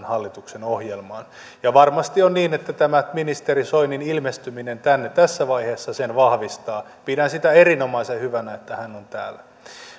hallituksen ohjelmaan ja varmasti on niin että tämä ministeri soinin ilmestyminen tänne tässä vaiheessa sen vahvistaa pidän sitä erinomaisen hyvänä että hän on täällä